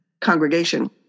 congregation